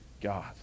God